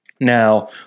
Now